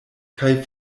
kaj